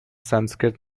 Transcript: sanskrit